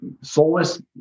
soulless